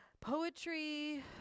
Poetry